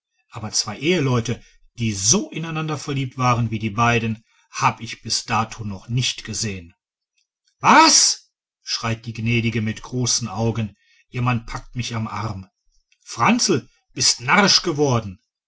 aber zwei eheleute die so ineinander verliebt waren wie die beiden hab ich bis dato noch nicht gesehen was schreit die gnädige mit großen augen ihr mann packt mich am arm franzl bist narrisch geworden